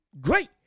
great